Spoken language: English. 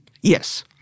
Yes